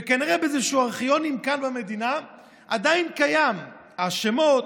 וכנראה באיזשהם ארכיונים כאן במדינה עדיין קיימים השמות,